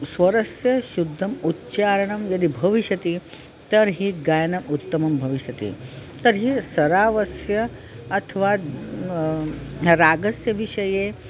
स्वरस्य शुद्धम् उच्चारणं यदि भविष्यति तर्हि गायनम् उत्तमं भविष्यति तर्हि सरावस्य अथवा रागस्य विषये